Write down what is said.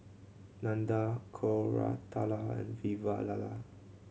Nandan Koratala and Vavilala